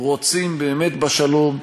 רוצים באמת בשלום,